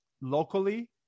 locally